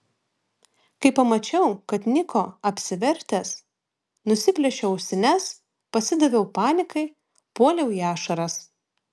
kai pamačiau kad niko apsivertęs nusiplėšiau ausines pasidaviau panikai puoliau į ašaras